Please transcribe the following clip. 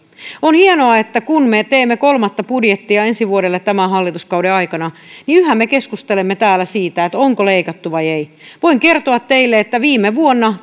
on hienoa että kun me teemme kolmatta budjettia ensi vuodelle tämän hallituskauden aikana niin yhä me keskustelemme täällä siitä onko leikattu vai ei voin kertoa teille että viime vuonna